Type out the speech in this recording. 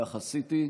כך עשיתי,